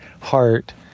heart